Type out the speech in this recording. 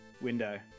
window